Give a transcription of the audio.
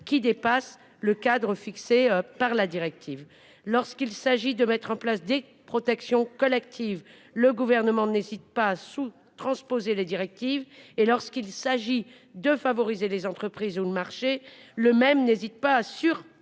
qui dépasse le cadre fixé par la directive lorsqu'il s'agit de mettre en place des protections collectives. Le gouvernement n'hésite pas sous transposer les directives et lorsqu'il s'agit de favoriser les entreprises où le marché le même n'hésite pas sur